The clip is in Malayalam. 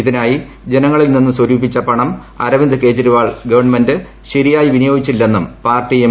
ഇതിനായി ജനങ്ങളിൽ നിന്നും സ്വരൂപിച്ച പണം അരവിന്ദ് കെജ്രിവാൾ ഗവൺമെന്റ് ശരിയായി വിനിയോഗിച്ചില്ലെന്നും പാർട്ടി എം